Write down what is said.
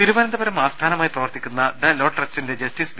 തിരുവന്തപുരം ആസ്ഥാനമായി പ്രവർത്തിക്കുന്ന the law ട്രസ്റ്റിന്റെ ജസ്റ്റിസ് വി